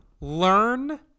Learn